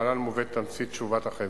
להלן מובאת תמצית תשובת החברה: